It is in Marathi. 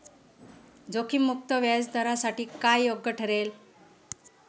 जोखीम मुक्त व्याजदरासाठी काय योग्य ठरेल?